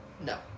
No